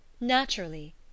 Naturally